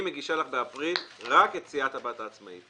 היא מגישה לך באפריל רק את סיעת הבת העצמאית,